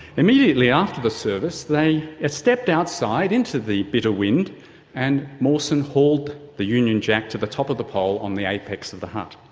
immediately after the service they stepped outside into the bitter wind and mawson hauled the union jack to the top of the pole on the apex of the hut,